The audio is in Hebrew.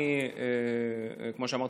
כמו שאמרתי,